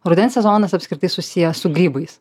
rudens sezonas apskritai susijęs su grybais